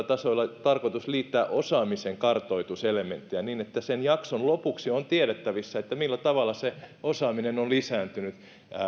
tasoilla tarkoitus liittää osaamisenkartoituselementti niin että sen jakson lopuksi on tiedettävissä millä tavalla se osaaminen on lisääntynyt